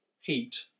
heat